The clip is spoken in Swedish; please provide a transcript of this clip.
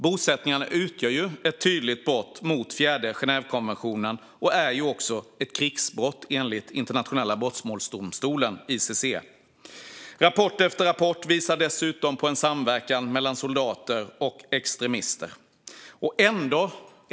Bosättningarna utgör ett tydligt brott mot fjärde Genèvekonventionen och är också ett krigsbrott enligt Internationella brottmålsdomstolen, ICC. Rapport efter rapport visar dessutom på en samverkan mellan soldater och extremister.